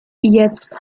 jetzt